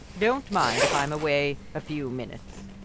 don't mind if i am away a few minutes.